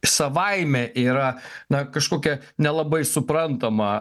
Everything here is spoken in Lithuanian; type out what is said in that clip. savaime yra na kažkokia nelabai suprantama